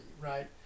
right